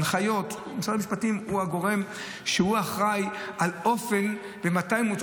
משרד המשפטים הוא הגורם שאחראי מתי מותר